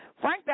Frank